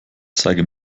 zeige